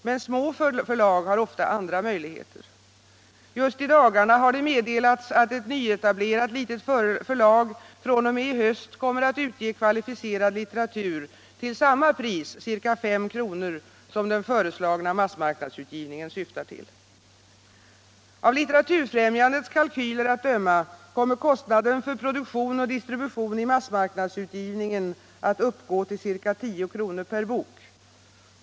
Men små förlag har ofta andra möjligheter. Just i dagarna har det meddelats att ett nyetablerat litet förlag fr.o.m. i höst kommer att utge kvalificerad litteratur till samma pris, ca 5 kr., som den föreslagna massmarknadsutgivningen syftar till. Av Litteraturfrämjandets kalkyler att döma kommer kostnaden för produktion och distribution i massmarknadsutgiv ningen att uppgå till ca 10 kr. per bok.